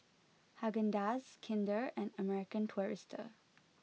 Haagen Dazs Kinder and American Tourister